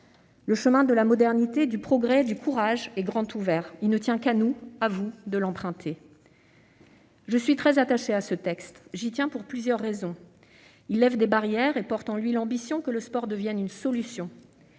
Le chemin de la modernité, du progrès et du courage est grand ouvert : il ne tient qu'à nous, qu'à vous, de l'emprunter. Oui, je suis très attachée à ce texte, et ce pour plusieurs raisons. Tout d'abord, il lève des barrières et exprime l'ambition que le sport devienne une solution.